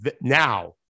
now